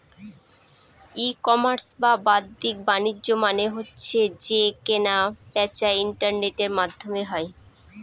ই commerce বা বাদ্দিক বাণিজ্য মানে হচ্ছে যে কেনা বেচা ইন্টারনেটের মাধ্যমে হয়